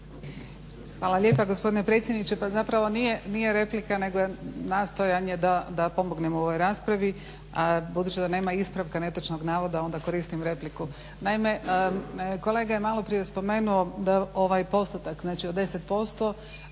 Hvala lijepa gospodine predsjedniče. Pa zapravo nije replika nego je nastojanje da pomognemo ovoj raspravi, a budući da nema ispravka netočnog navoda onda koristim repliku. Naime, kolega je malo prije spomenuo da ovaj postotak, znači od 10%